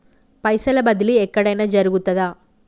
పైసల బదిలీ ఎక్కడయిన జరుగుతదా?